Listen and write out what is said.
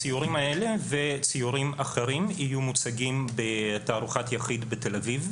הציורים האלה וציורים אחרים יהיו מוצגים בתערוכת יחיד בתל אביב,